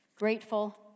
grateful